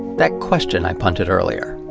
that question i punted earlier,